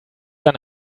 dann